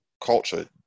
culture